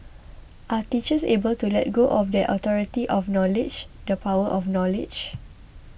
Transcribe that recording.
are teachers able to let go of that authority of knowledge the power of knowledge